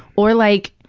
or like,